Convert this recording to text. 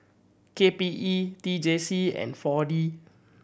K P E T J C and Four D